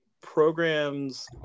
programs